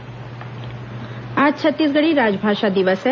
छत्तीसगढ़ी राजभाषा दिवस आज छत्तीसगढ़ी राजभाषा दिवस है